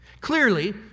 Clearly